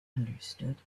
understood